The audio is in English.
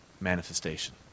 manifestation